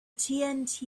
tnt